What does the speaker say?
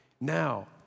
now